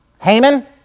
Haman